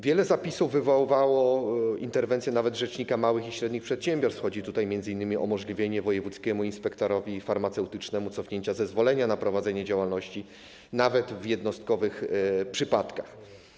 Wiele zapisów wywoływało interwencję nawet rzecznika małych i średnich przedsiębiorstw, chodzi tutaj m.in. o umożliwienie wojewódzkiemu inspektorowi farmaceutycznemu cofnięcia zezwolenia na prowadzenie działalności nawet w jednostkowych przypadkach.